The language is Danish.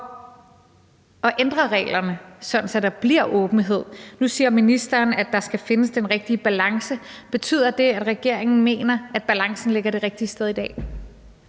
at ændre reglerne, sådan at der bliver åbenhed. Nu siger ministeren, at der skal findes den rigtige balance. Betyder det, at regeringen mener, at balancen ligger det rigtige sted i dag?